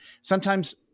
Sometimes-